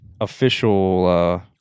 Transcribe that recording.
official